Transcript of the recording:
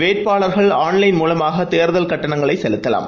வேட்பாளர்கள் ஆன்லைன் மூவமாகதேர்தல் கட்டணங்களைசெலுத்தலாம்